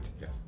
Yes